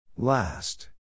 Last